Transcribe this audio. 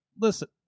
Listen